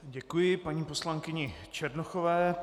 Děkuji paní poslankyni Černochové.